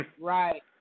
Right